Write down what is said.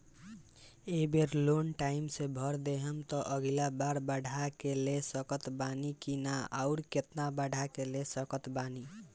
ए बेर loan time से भर देहम त अगिला बार बढ़ा के ले सकत बानी की न आउर केतना बढ़ा के ले सकत बानी?